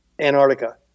Antarctica